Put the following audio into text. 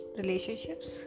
relationships